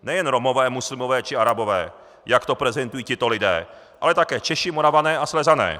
Nejen Romové, muslimové či Arabové, jak to prezentují tito lid, ale také Češi, Moravané a Slezané.